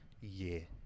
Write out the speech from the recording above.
year